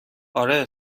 آره